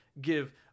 give